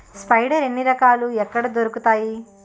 Sprayer ఎన్ని రకాలు? ఎక్కడ దొరుకుతాయి?